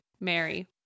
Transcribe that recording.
Mary